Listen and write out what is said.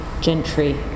gentry